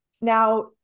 Now